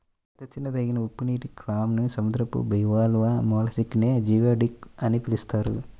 పెద్ద తినదగిన ఉప్పునీటి క్లామ్, సముద్రపు బివాల్వ్ మొలస్క్ నే జియోడక్ అని పిలుస్తారు